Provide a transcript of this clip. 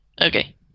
Okay